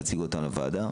ולהציג אותן לוועדה.